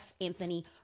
Anthony